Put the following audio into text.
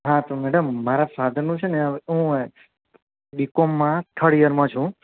હા તો મેડમ મારા ફાધરનું છે ને ઓ યા બીકોમ ના થર્ડ યરમાં છું